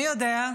מי יודע?